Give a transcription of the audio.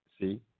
see